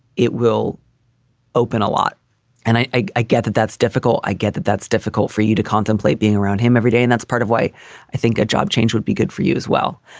it will open a lot and i i get that that's difficult. i get that that's difficult for you to contemplate being around him every day. and that's part of why i think a job change would be good for you as well.